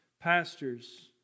pastors